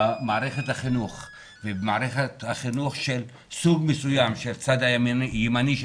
במערכת החינוך ובמערכת החינוך של סוג מסוים של הצד הימני של